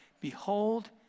Behold